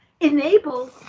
enables